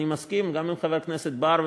אני מסכים גם עם חבר הכנסת בר,